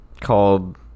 called